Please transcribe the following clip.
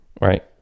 Right